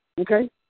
Okay